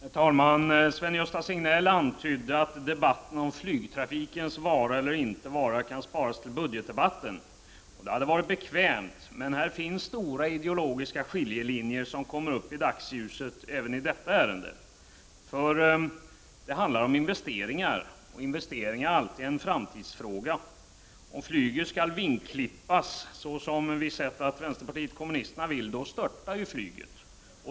Herr talman! Sven-Gösta Signell antydde att debatten om flygtrafikens vara eller inte vara kunde sparas till budgetdebatten. Det hade varit bekvämt, men här finns stora ideologiska skiljelinjer, som kommer upp i dagsljuset även i detta ärende. Det handlar om investeringar, och investeringar är alltid en framtidsfråga. Om flyget skall vingklippas, som vi har sett att vänsterpartiet kommunisterna vill, störtar flyget.